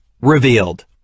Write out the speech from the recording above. Revealed